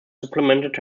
supplemented